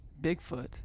Bigfoot